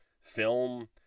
film